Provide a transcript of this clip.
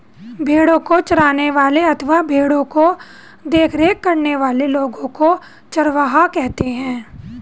भेड़ों को चराने वाले अथवा भेड़ों की देखरेख करने वाले लोगों को चरवाहा कहते हैं